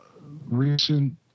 recent